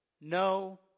no